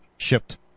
Shipped